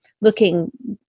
looking